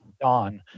dawn